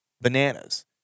Bananas